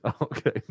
Okay